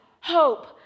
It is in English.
hope